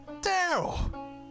Daryl